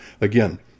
Again